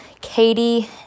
Katie